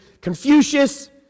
Confucius